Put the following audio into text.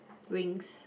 wings